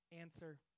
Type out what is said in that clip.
Answer